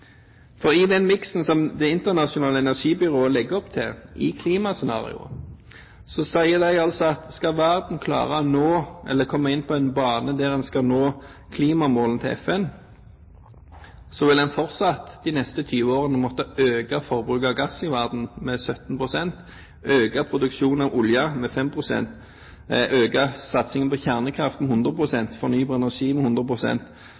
For i den miksen som Det internasjonale energibyrået legger opp til i klimascenarioet, sier de at skal verden klare å komme inn på en bane der en skal nå klimamålene til FN, vil en fortsatt de neste 20 årene måtte øke forbruket av gass i verden med 17 pst., øke produksjonen av olje med 5 pst., øke satsingen på kjernekraft med 100 pst., fornybar energi med